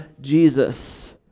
Jesus